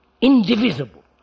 indivisible